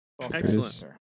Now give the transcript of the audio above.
Excellent